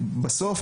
בסוף,